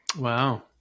Wow